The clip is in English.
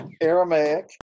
Aramaic